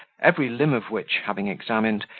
every limb of which having examined,